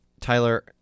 Tyler